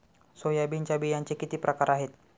सोयाबीनच्या बियांचे किती प्रकार आहेत?